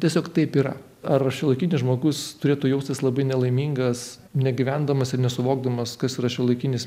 tiesiog taip yra ar šiuolaikinis žmogus turėtų jaustis labai nelaimingas negyvendamas ir nesuvokdamas kas yra šiuolaikinis menas